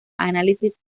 análisis